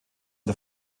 der